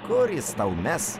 kur jis tau mes